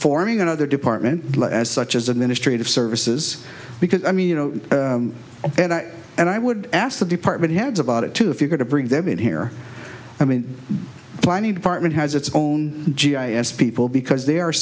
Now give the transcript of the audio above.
forming another department as such as administrative services because i mean you know you and i and i would ask the department heads about it too if you're going to bring them in here i mean planning department has its own g i s people because there are